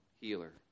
healer